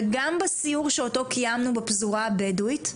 וגם בסיור שאותו קיימנו בפזורה הבדואית,